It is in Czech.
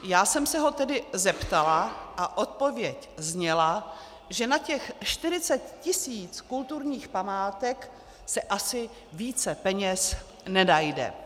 Já jsem se ho tedy zeptala a odpověď zněla, že na těch 40 tisíc kulturních památek se asi více peněz nenajde.